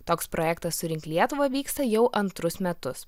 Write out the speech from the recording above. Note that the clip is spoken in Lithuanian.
toks projektas surink lietuvą vyksta jau antrus metus